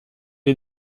est